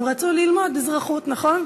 הם רצו ללמוד אזרחות, נכון?